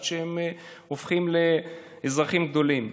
עד שהם הופכים לאזרחים גדולים.